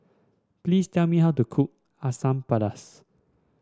please tell me how to cook Asam Pedas